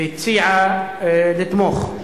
והציעה לתמוך.